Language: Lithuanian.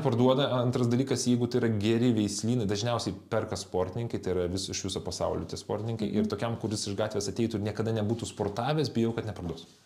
parduoda antras dalykas jeigu tai yra geri veislynai dažniausiai perka sportininkai tai yra vis iš viso pasaulio tie sportininkai ir tokiam kuris iš gatvės ateitų ir niekada nebūtų sportavęs bijau kad neparduos